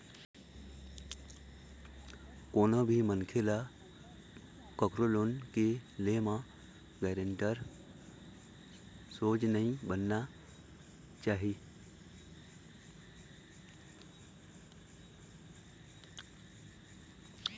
कोनो भी मनखे ल कखरो लोन के ले म गारेंटर सोझ नइ बनना चाही